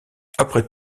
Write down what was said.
après